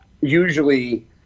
usually